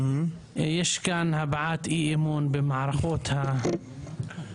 יש כאן הבעת אי אמון במערכות המשפט,